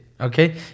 okay